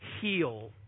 heal